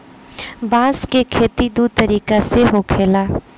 बांस के खेती दू तरीका से होखेला